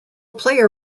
player